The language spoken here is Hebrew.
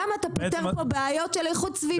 גם אתה פותר פה בעיות של איכות סביבה.